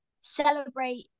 celebrate